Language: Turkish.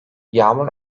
yağmur